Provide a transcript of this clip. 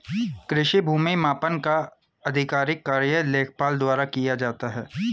कृषि भूमि मापन का आधिकारिक कार्य लेखपाल द्वारा किया जाता है